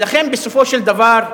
לכן, בסופו של דבר,